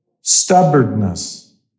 stubbornness